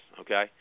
Okay